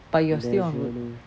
but you are still on